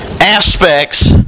aspects